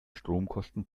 stromkosten